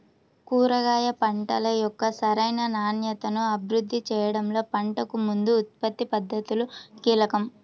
కూరగాయ పంటల యొక్క సరైన నాణ్యతను అభివృద్ధి చేయడంలో పంటకు ముందు ఉత్పత్తి పద్ధతులు కీలకం